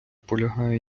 полягає